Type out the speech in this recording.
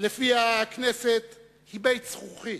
שלפיה הכנסת היא בית זכוכית,